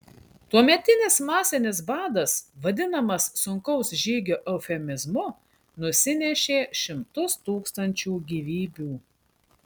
tuometinis masinis badas vadinamas sunkaus žygio eufemizmu nusinešė šimtus tūkstančių gyvybių